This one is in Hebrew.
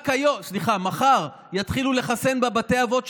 רק מחר יתחילו לחסן בבתי אבות,